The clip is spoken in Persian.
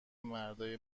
مردای